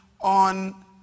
on